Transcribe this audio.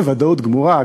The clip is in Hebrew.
בוודאות גמורה,